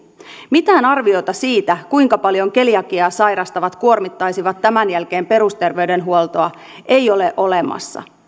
mitään arviota siitä kuinka paljon keliakiaa sairastavat kuormittaisivat tämän jälkeen perusterveydenhuoltoa ei ole olemassa